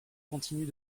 continue